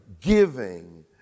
giving